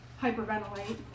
hyperventilate